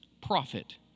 profit